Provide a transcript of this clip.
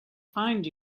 find